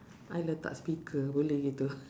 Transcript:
I letak speaker boleh gitu